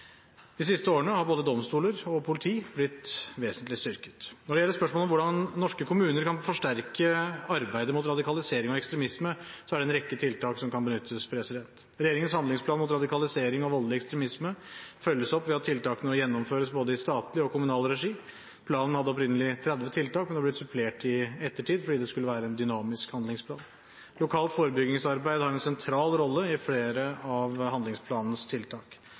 De siste årene har både domstoler og politi blitt vesentlig styrket. Når det gjelder spørsmålet om hvordan norske kommuner kan forsterke arbeidet mot radikalisering og ekstremisme, er det en rekke tiltak som kan benyttes. Regjeringens handlingsplan mot radikalisering og voldelig ekstremisme følges opp ved at tiltakene nå gjennomføres i både statlig og kommunal regi. Planen hadde opprinnelig 30 tiltak, men er blitt supplert i ettertid fordi det skulle være en dynamisk handlingsplan. Lokalt forebyggingsarbeid har en sentral rolle i flere av handlingsplanens tiltak.